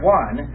one